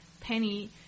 Penny